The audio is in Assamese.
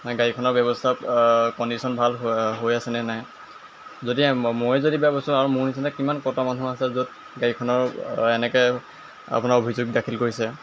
গাড়ীখনৰ ব্যৱস্থা কণ্ডিশ্যন ভাল হৈ আছেনে নাই যদি ময়ে যদি ব্যৱস্থা আৰু মোৰ নিচিনা কিমান কট মানুহ আছে য'ত গাড়ীখনৰ এনেকৈ আপোনাৰ অভিযোগ দাখিল কৰিছে